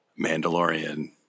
mandalorian